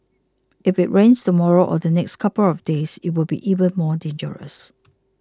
if it rains tomorrow or the next couple of days it will be even more dangerous